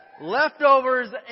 leftovers